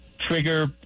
trigger